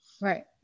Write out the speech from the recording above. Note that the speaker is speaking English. Right